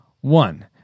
One